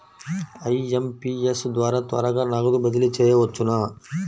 IMPS ద్వారా త్వరగా నగదు బదిలీ చేయవచ్చునా?